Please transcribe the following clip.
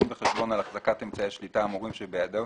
דין וחשבון על החזקת אמצעי השליטה האמורים שבידיו